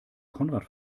konrad